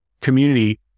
community